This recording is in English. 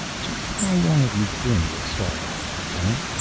just how long have you been with star watch, lieutenant?